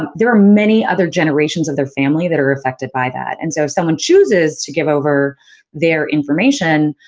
there are many other generations of their family that are affected by that. and so, someone chooses to give over their information,